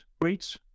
great